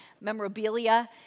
memorabilia